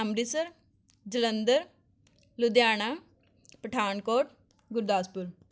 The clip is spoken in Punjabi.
ਅੰਮ੍ਰਿਤਸਰ ਜਲੰਧਰ ਲੁਧਿਆਣਾ ਪਠਾਨਕੋਟ ਗੁਰਦਾਸਪੁਰ